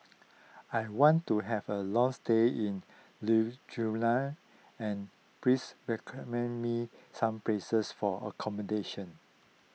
I want to have a long stay in and please recommend me some places for accommodation